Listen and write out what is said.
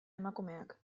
emakumeak